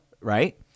right